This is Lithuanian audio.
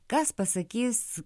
kas pasakys